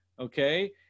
okay